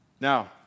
Now